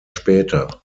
später